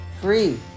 free